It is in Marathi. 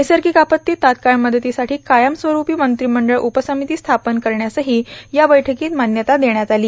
नैसर्गिक आपत्तीत तत्काळ मदतीसाठी कायमस्वरूपी मंत्रिमंडळ उपसमिती स्थापन करण्यासही या बैठकीत मान्यता देण्यात आली